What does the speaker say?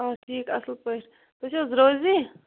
آ ٹھیٖک اَصٕل پٲٹھۍ تُہۍ چھِو حظ روزی